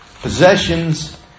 Possessions